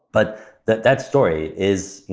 but that that story is, you